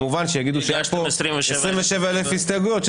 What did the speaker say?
הגשתם 27,000 הסתייגויות?